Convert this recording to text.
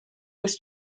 was